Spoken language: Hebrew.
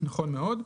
נכון מאוד.